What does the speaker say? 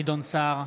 גדעון סער,